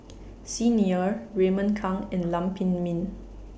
Xi Ni Er Raymond Kang and Lam Pin Min